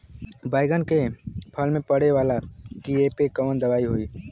बैगन के फल में पड़े वाला कियेपे कवन दवाई होई?